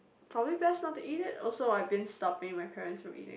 probably best not to eat it also I've been stopping my parents from eating it